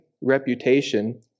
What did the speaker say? reputation